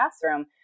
classroom